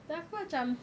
entah aku macam